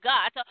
God